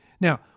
Now